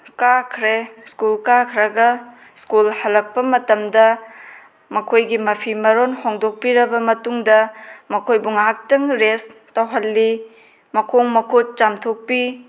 ꯀꯥꯈ꯭ꯔꯦ school ꯀꯥꯈ꯭ꯔꯒ school ꯍꯜꯂꯛꯄ ꯃꯇꯝꯗ ꯃꯈꯣꯏꯒꯤ ꯃꯐꯤ ꯃꯔꯣꯜ ꯍꯣꯡꯗꯣꯛꯄꯤꯔꯕ ꯃꯇꯨꯡꯗ ꯃꯈꯣꯏꯕꯨ ꯉꯥꯏꯍꯥꯛꯇꯪ ꯔꯦꯁ ꯇꯧꯍꯜꯂꯤ ꯃꯈꯣꯡ ꯃꯈꯨꯠ ꯆꯥꯝꯊꯣꯛꯄꯤ